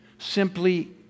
Simply